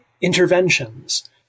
interventions